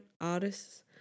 artists